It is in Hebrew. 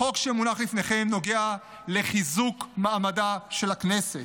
החוק שמונח לפניכם נוגע לחיזוק מעמדה של הכנסת.